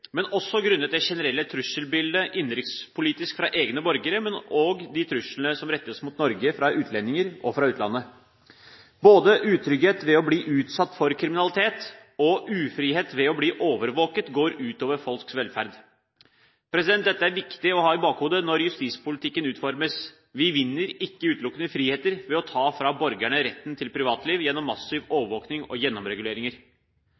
Men det er vanskelig også på grunn av det generelle trusselbildet innenrikspolitisk, fra egne borgere, og også de truslene som rettes mot Norge fra utlendinger, og fra utlandet. Både utrygghet ved å bli utsatt for kriminalitet og ufrihet ved å bli overvåket går ut over folks velferd. Dette er det viktig å ha i bakhodet når justispolitikken utformes. Vi vinner ikke utelukkende friheter ved å ta fra borgerne retten til privatliv gjennom massiv